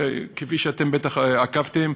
כפי שאתם בטח עקבתם,